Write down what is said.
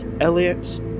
Elliot